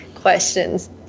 questions